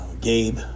Gabe